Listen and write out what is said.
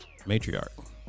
Matriarch